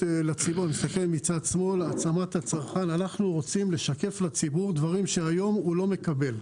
לציבור אנחנו רוצים לשקף לציבור דברים שהיום הוא לא מקבל.